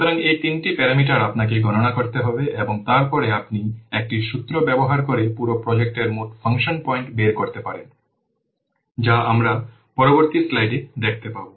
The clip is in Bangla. সুতরাং এই তিনটি প্যারামিটার আপনাকে গণনা করতে হবে এবং তারপরে আপনি একটি সূত্র ব্যবহার করে পুরো প্রজেক্টের মোট ফাংশন পয়েন্ট বের করতে পারেন যা আমরা পরবর্তী স্লাইডে দেখতে পাব